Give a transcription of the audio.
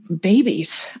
babies